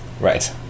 Right